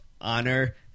Honor